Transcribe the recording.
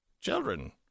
children